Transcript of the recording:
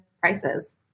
prices